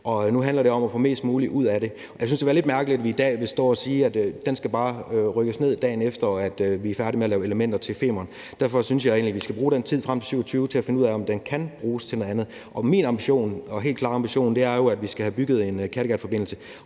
Nu handler det om at få mest muligt ud af det. Jeg synes, det ville være lidt mærkeligt, hvis vi i dag står og siger, at den bare skal rives ned, dagen efter vi er færdige med at lave elementer til Femernforbindelsen. Derfor synes jeg egentlig, at vi skal bruge den tid frem til 2027 til at finde ud af, om den kan bruges til noget andet. Min helt klare ambition er jo, at vi skal have bygget en Kattegatforbindelse,